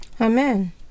Amen